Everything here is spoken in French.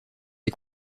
est